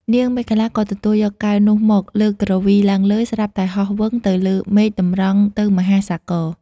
នាងមេខលាក៏ទទួលយកកែវនោះមក លើកគ្រវីឡើងលើ ស្រាប់តែហោះវឹងទៅលើមេឃតម្រង់ទៅមហាសាគរ។